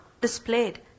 displayed